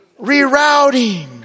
Rerouting